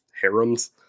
harems